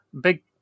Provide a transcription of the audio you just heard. big